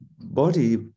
body